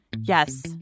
Yes